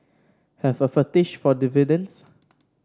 have a fetish for dividends